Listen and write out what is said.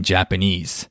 Japanese